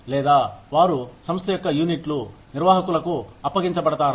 లేదా వారు సంస్థ యొక్క యూనిట్లు నిర్వాహకులకు అప్పగించపడతారా